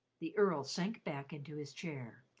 the earl sank back into his chair.